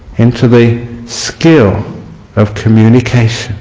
into the skill of communication